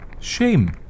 Shame